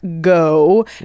go